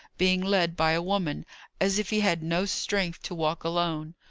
being led by a woman, as if he had no strength to walk alone.